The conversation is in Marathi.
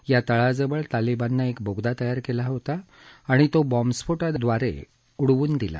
या तळाजवळ तालिबाननं एक बोगदा तयार केला होता आणि तो बॉम्बस्फोटाद्वारे उडवून दिला